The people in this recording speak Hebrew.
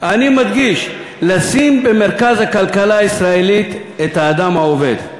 אני מדגיש: לשים במרכז הכלכלה הישראלית את האדם העובד.